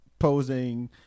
posing